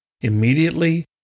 Immediately